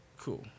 cool